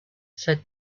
said